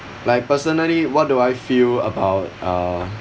like personally what do I feel about uh